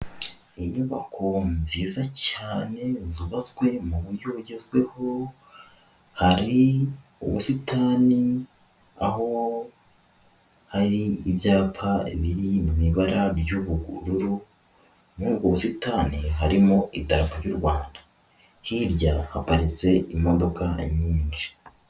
Inyubako nziza cyane zubatswe mu buryo bugezweho, hari ubusitani, aho hari ibyapa biri mu ibara ry'ubururu, muri ubwo busitani harimo idarapo ry'u Rwanda. Hirya haparitse imodoka nyinshi.